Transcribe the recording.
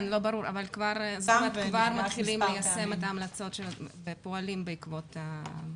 אבל כבר מתחילים ליישם את ההמלצות ופועלים בעקבות הדוח.